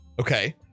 okay